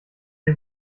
ihr